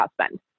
husband